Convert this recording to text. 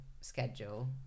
schedule